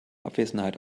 abwesenheit